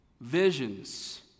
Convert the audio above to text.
visions